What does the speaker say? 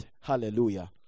hallelujah